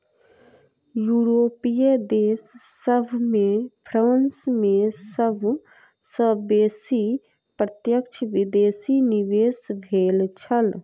यूरोपीय देश सभ में फ्रांस में सब सॅ बेसी प्रत्यक्ष विदेशी निवेश भेल छल